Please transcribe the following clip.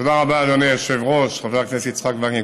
תודה רבה, אדוני היושב-ראש חבר הכנסת יצחק וקנין.